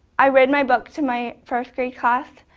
i read my book to my first grade class,